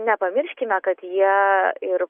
nepamirškime kad jie ir